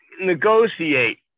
negotiate